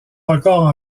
record